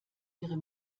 ihre